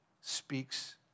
speaks